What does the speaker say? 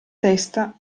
testa